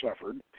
suffered